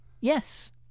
Yes